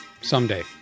Someday